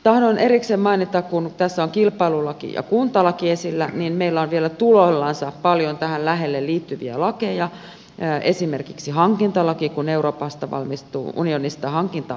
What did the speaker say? tahdon erikseen mainita kun tässä on kilpailulaki ja kuntalaki esillä että meillä on vielä tuloillansa paljon tähän lähelle liittyviä lakeja esimerkiksi hankintalaki kun euroopan unionista valmistuu hankintalaki